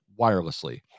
wirelessly